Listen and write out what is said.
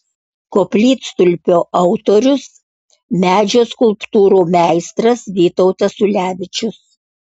koplytstulpio autorius medžio skulptūrų meistras vytautas ulevičius